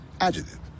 Adjective